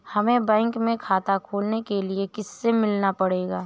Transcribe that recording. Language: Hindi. हमे बैंक में खाता खोलने के लिए किससे मिलना पड़ेगा?